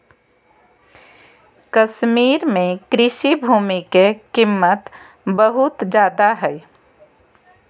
कश्मीर में कृषि भूमि के कीमत बहुत ज्यादा हइ